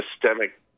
systemic